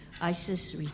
ISIS